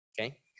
okay